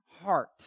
heart